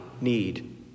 need